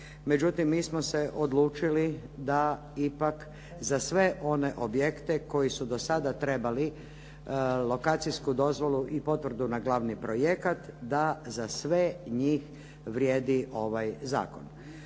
Međutim, mi smo se odlučili da ipak za sve one objekte koji su do sada trebali lokacijsku dozvolu i potvrdu na glavni projekat da za sve njih vrijedi ovaj zakon.